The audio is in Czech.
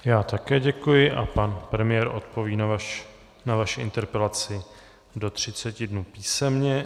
Já také děkuji a pan premiér odpoví na vaši interpelaci do 30 dnů písemně.